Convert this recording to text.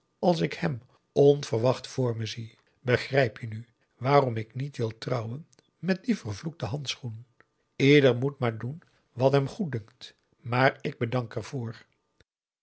als ik hem onverwacht voor me zie begrijp je nu waarom ik niet wil trouwen met dien vervloekten handschoen ieder moet maar doen wat hem goeddunkt maar ik bedank